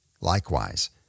Likewise